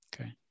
okay